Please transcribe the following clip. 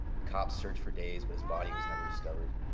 the cops searched for days but his body was never discovered.